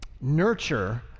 nurture